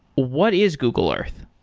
what is google earth?